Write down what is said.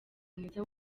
mwiza